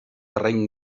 terreny